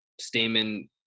Stamen